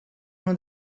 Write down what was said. uno